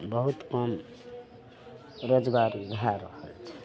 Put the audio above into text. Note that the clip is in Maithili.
बहुत कम रोजगारी भै रहल छै